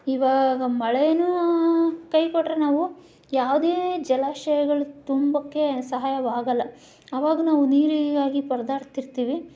ಇವಾಗ ಮಳೆಯೂ ಕೈ ಕೊಟ್ಟರೆ ನಾವು ಯಾವುದೇ ಜಲಾಶಯಗಳು ತುಂಬೋಕ್ಕೆ ಸಹಾಯವಾಗೋಲ್ಲ ಆವಾಗ ನಾವು ನೀರಿಗಾಗಿ ಪರದಾಡ್ತಿರ್ತೀವಿ